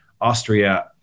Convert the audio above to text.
Austria